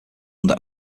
under